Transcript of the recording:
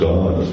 God